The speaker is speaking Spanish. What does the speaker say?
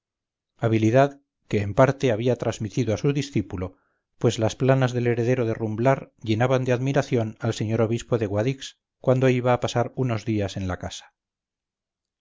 habilidad que en parte había transmitido a su discípulo pues las planas del heredero de rumblar llenaban de admiración al señor obispo de guadix cuando iba a pasar unos días en la casa